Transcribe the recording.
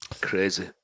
Crazy